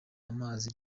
amazi